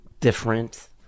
different